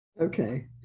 Okay